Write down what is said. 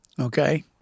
Okay